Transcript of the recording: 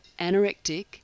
anorectic